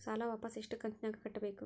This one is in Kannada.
ಸಾಲ ವಾಪಸ್ ಎಷ್ಟು ಕಂತಿನ್ಯಾಗ ಕಟ್ಟಬೇಕು?